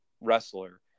wrestler